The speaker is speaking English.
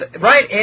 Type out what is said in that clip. right